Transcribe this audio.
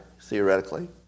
theoretically